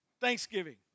Thanksgiving